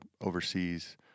overseas